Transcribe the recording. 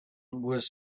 was